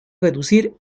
reducir